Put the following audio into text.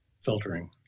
filtering